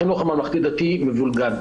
החינוך הממלכתי-דתי מבולגן,